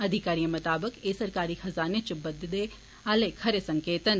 अधिकारियें मताबक एह् सरकारी खजाने इच बाद्दे आला खरा संकेत ऐ